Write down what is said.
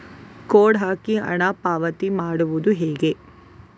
Code ಹಾಕಿ ಹಣ ಪಾವತಿ ಮಾಡೋದು ಹೇಗೆ?